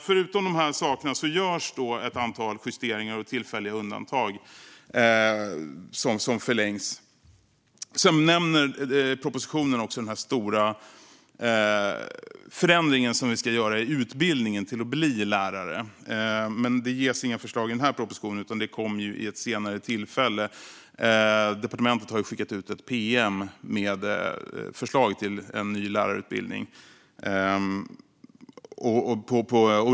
Förutom de saker jag nämnt görs ett antal justeringar, och vissa tillfälliga undantag förlängs. Propositionen nämner också den stora förändring som ska göras när det gäller utbildningen till att bli lärare. Här ges inga förslag i propositionen, utan det kommer vid ett senare tillfälle. Departementet har skickat ut ett pm med förslag till ny lärarutbildning.